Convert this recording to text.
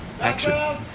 Action